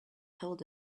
told